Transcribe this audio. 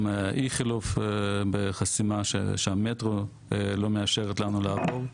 גם איכילוב בחסימה שהמטרו לא מאשרת לנו לעבור,